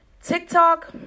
TikTok